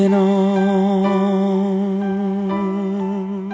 and